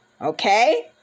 Okay